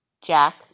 Jack